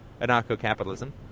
anarcho-capitalism